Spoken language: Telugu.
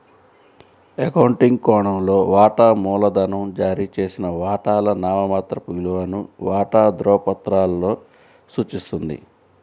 అకౌంటింగ్ కోణంలో, వాటా మూలధనం జారీ చేసిన వాటాల నామమాత్రపు విలువను వాటా ధృవపత్రాలలో సూచిస్తుంది